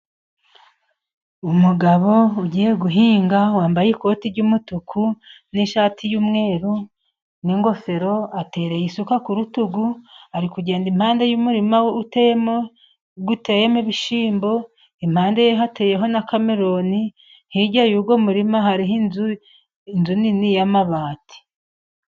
Umugabo ugiye guhinga wambaye ikoti ry'umutuku n'ishati yumweru n'ingofero, atereye isuka ku rutugu. Ari kugenda impande y'umurima we uteyemo ibishyimbo, impande ye hateyeho na Kameroni, hirya y'uwo murima hariho inzu, inzu nini y'amabati.